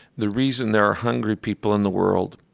the reason there are hungry people in the world,